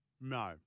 No